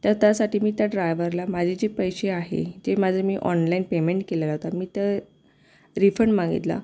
तर त्यासाठी मी त्या ड्रायव्हरला माझे जे पैसे आहे ते माझे मी ऑनलाईन पेमेंट केल्या जातात मी तर रिफंड मागितला